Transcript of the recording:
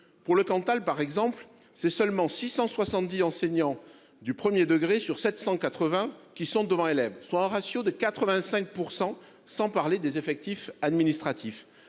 dans le Cantal, seulement 670 enseignants du premier degré sur 780 sont devant des élèves, soit un ratio de 85 %, sans parler des effectifs administratifs.